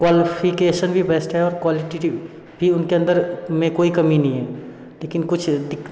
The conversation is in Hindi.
क्वाॅलिफिकेसन भी बेस्ट है और क्वालिटीटी भी उनके अन्दर में कोई कमी नहीं है लेकिन कुछ